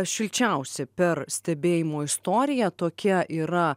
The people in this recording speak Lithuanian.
šilčiausi per stebėjimo istoriją tokia yra